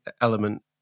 element